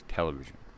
Television